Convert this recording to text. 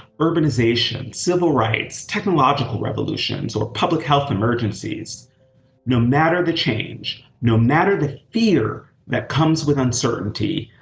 urbanization, civil rights, technological revolutions, or public health emergencies no matter the change, no matter the fear that comes with uncertainty,